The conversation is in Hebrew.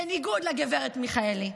בניגוד לגב' מיכאלי,